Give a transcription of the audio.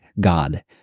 God